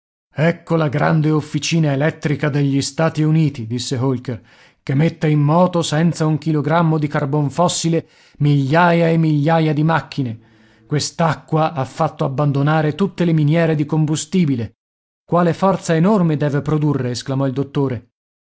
ecco la grande officina elettrica degli stati uniti disse holker che mette in moto senza un chilogrammo di carbon fossile migliaia e migliaia di macchine quest'acqua ha fatto abbandonare tutte le miniere di combustibile quale forza enorme deve produrre esclamò il dottore